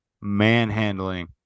manhandling